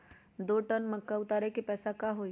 दो टन मक्का उतारे के पैसा का होई?